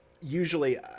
usually